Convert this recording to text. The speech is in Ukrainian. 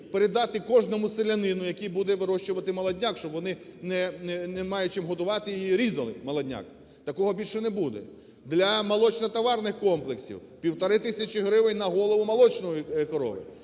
передати кожному селянину, який буде вирощувати молодняк, щоб вони, не маючи чим годувати, різали молодняк. Такого більше не буде. Для молочнотоварних комплексів 1,5 гривень на голову молочної корови.